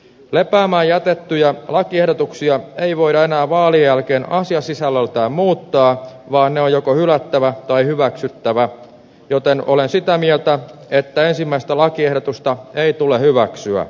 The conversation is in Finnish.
lepäämään jätettyjä lakiehdotuksia ei voida enää vaalien jälkeen asiasisällöltään muuttaa vaan ne on joko hylättävä tai hyväksyttävä joten olen sitä mieltä että ensimmäistä lakiehdotusta ei tule hyväksyä